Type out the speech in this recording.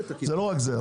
זה לא רק זה,